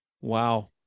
wow